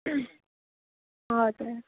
हजुर